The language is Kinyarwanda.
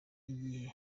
igihe